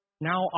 Now